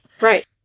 right